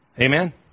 Amen